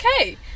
okay